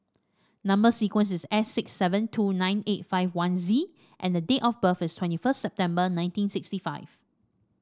number sequence is S six seven two nine eight five one Z and the date of birth is twenty first September nineteen sixty five